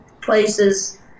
places